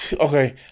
Okay